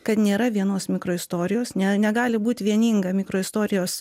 kad nėra vienos mikroistorijos ne negali būt vieninga mikroistorijos